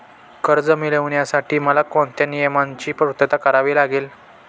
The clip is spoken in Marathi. कर्ज मिळविण्यासाठी मला कोणत्या नियमांची पूर्तता करावी लागेल?